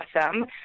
awesome